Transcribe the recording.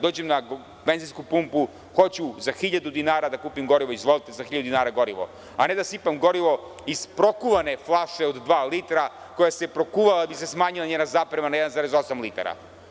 Dođem na benzinsku pumpu – hoću za hiljadu dinara da kupim gorivo – izvolite za hiljadu dinara gorivo, a ne da sipam gorivo iz prokuvane flaše od dva litra, koja se prokuvava da bi se smanjila njena zaprema na 1,8 litara.